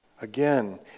again